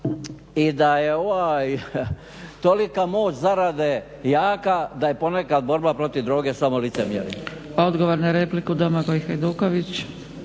i da je ovaj tolika moć zarade jaka da je ponekad borba protiv droge samo licemjerje.